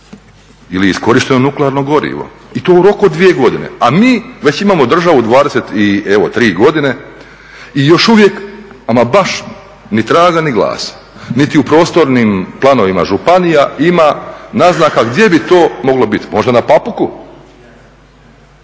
ili iskorišteno nuklearno gorivo? I to u roku od 2 godine. A mi već imamo državu 23 godine i još uvijek ama baš ni traga ni glasa. Niti u prostornim planovima županija ima naznaka gdje bi to moglo biti. Možda na Papuku?